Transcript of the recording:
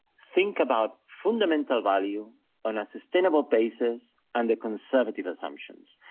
think about fundamental value on a sustainable basis and the conservative assumptions.